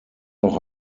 auch